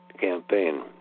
campaign